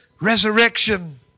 resurrection